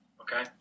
Okay